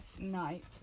night